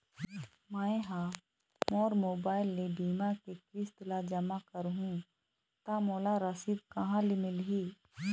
मैं हा मोर मोबाइल ले बीमा के किस्त ला जमा कर हु ता मोला रसीद कहां ले मिल ही?